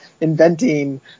inventing